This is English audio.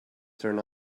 turned